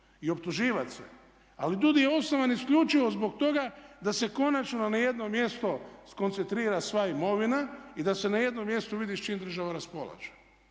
i optuživat se ali DUUDI je osnovan isključivo zbog toga da se konačno na jednom mjesto skoncentrira sva imovina i da se na jedno mjestu vidi s čim država raspolaže.